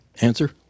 answer